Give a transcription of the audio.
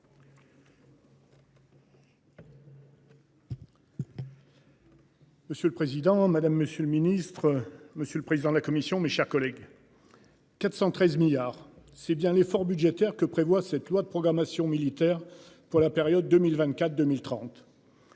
Monsieur le président. Madame, monsieur le ministre, monsieur le président de la commission. Mes chers collègues. 413 milliards c'est bien l'effort budgétaire que prévoit cette loi de programmation militaire pour la période 2024 2030.